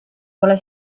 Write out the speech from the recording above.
pole